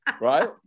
right